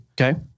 Okay